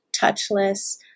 touchless